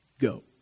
Go